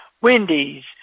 Wendy's